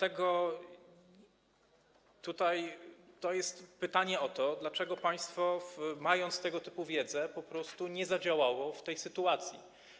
Jest pytanie o to, dlaczego państwo, mając tego typu wiedzę, po prostu nie zadziałało w tej sytuacji.